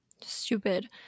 Stupid